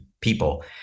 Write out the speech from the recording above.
people